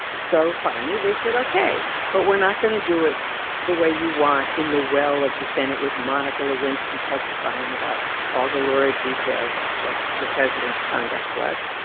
so finally, they said, ok, but we're not going to do it the way you want in the well of the senate with monica lewinsky testifying about all the lurid details of what the president's conduct was.